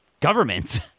governments